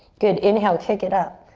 good, inhale, kick it up.